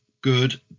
good